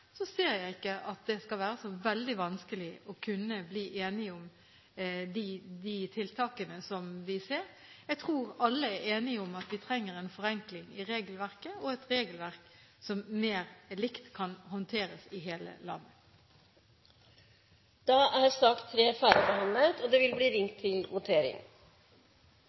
så veldig vanskelig å kunne bli enige om tiltak. Jeg tror alle er enige om at vi trenger en forenkling i regelverket, og et regelverk som kan håndteres mer likt i hele landet. Dermed er debatten i sak nr. 3 avsluttet. Da er Stortinget klar til å gå til votering